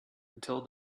until